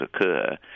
occur